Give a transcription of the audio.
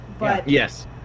Yes